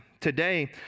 Today